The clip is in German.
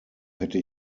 hätte